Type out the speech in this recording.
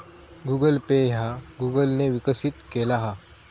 Google Pay ह्या Google ने विकसित केला हा